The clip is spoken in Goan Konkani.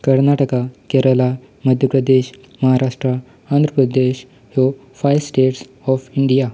कर्नाटका केरला मध्य प्रदेश महाराष्ट्रा आंध्र प्रदेश ह्यो फायव स्टेट्स ऑफ इंडिया